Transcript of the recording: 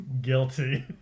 guilty